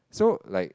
so like